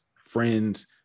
friends